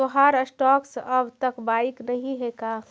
तोहार स्टॉक्स अब तक बाइक नही हैं का